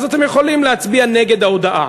אז אתם יכולים להצביע נגד ההודעה.